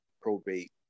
probate